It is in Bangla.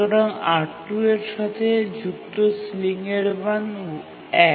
সুতরাং R2 এর সাথে যুক্ত সিলিংয়ের মান ১